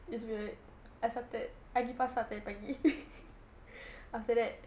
it's been like I started I pergi pasar tadi pagi after that